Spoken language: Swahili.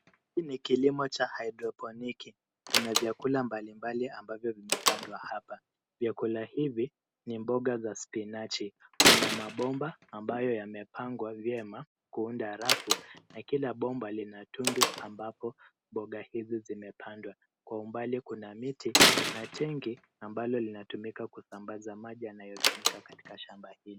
Hii ni kilimo cha hydroponiki. Kuna vyakula mbali mbali ambavyo vimepandwa hapa, vyakula hivi ni mboga za spinachi. Kuna mabomba ambayo yamepangwa vyema kuunda arafu na kila bomba lina tundu ambapo mboga hizi zimepandwa. Kwa umbali kuna miti na tenki ambalo linatumika kusambaza maji yanayotumika katika shamba hili.